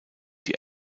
die